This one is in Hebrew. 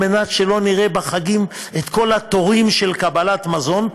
על מנת שלא נראה בחגים את כל התורים של קבלת מזון.